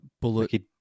Bullet